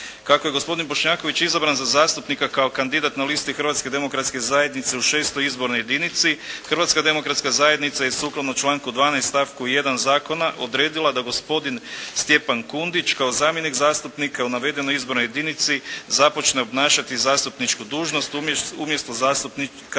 Kako je gospodin Bošnjaković izabran za zastupnika kao kandidat na listi Hrvatske demokratske zajednice u šestoj izbornoj jedinici Hrvatska demokratska zajednica je sukladno članku 12. stavku 1. zakona odredila da gospodin Stjepan Kumbić kao zamjenik zastupnika u navedenoj izbornoj jedinici započne obnašati zastupničku dužnost umjesto zastupnika